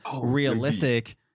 realistic